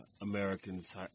Americans